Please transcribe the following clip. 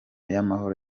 y’amahoro